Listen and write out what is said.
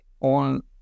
on